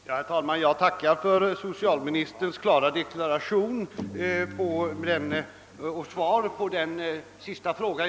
Herr talman! Jag tackar för socialministerns klara deklaration med anledning av min senaste fråga.